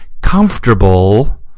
comfortable